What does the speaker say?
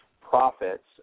profits